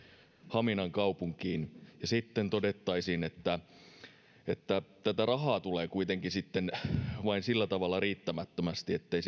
haminan kaupunkiin sitten todettaisiin että tätä rahaa tulee kuitenkin sillä tavalla riittämättömästi ettei